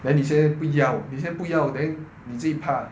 then 你现在不要你现在不要 then 你自己怕